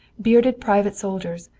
bearded private soldiers,